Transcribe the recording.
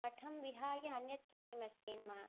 मठं विहाय अन्यत् किमस्ति नाम